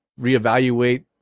reevaluate